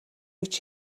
гэж